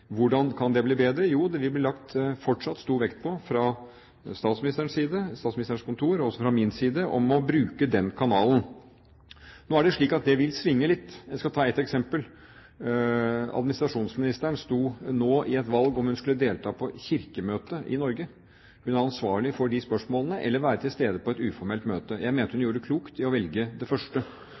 Hvordan kan det bli bedre? Jo, det vil fortsatt bli lagt stor vekt på fra statsministerens side, Statsministerens kontor, og også fra min side, å bruke den kanalen. Nå er det slik at det vil svinge litt. Jeg skal ta et eksempel. Administrasjonsministeren sto nå overfor et valg, om hun skulle delta på Kirkemøtet i Norge – hun er ansvarlig for de spørsmålene – eller være til stede på et uformelt møte. Jeg mener at hun gjorde klokt i å velge det første.